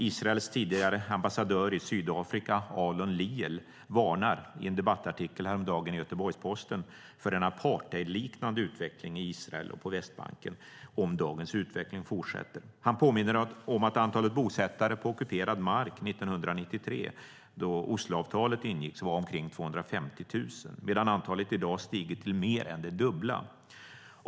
Israels tidigare ambassadör i Sydafrika, Alon Liel, varnar i en debattartikel häromdagen i Göteborgs-Posten för en apartheidliknande utveckling i Israel och på Västbanken om dagens utveckling fortsätter. Han påminner om att antalet bosättare på ockuperad mark 1993, då Osloavtalet ingicks, var omkring 250 000 medan antalet i dag stigit till mer än det dubbla.